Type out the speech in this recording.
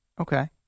Okay